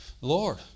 Lord